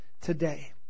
today